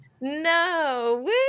no